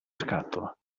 scatola